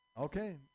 Okay